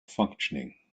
functioning